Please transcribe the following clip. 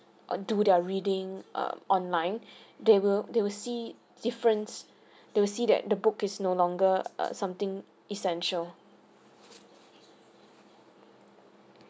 or do their reading prose online they will they will see difference they will see that the book is no longer uh something essential